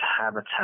habitat